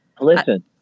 Listen